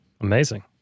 Amazing